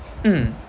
mm